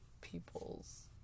people's